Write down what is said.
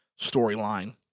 storyline